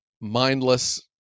mindless